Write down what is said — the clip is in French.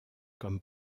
comme